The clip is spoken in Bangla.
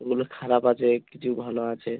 ওগুলো খারাপ আছে কিছু ভালো আছে